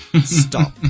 stop